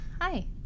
Hi